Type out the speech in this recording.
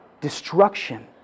destruction